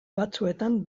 batzuetan